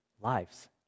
lives